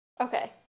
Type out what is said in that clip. Okay